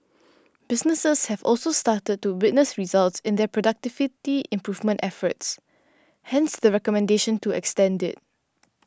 businesses have also started to witness results in their productivity improvement efforts hence the recommendation to extend it